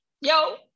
yo